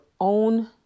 own